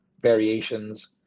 variations